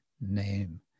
name